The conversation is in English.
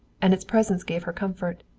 and its presence gave her comfort.